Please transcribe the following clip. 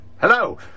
Hello